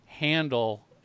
handle